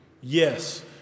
Yes